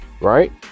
right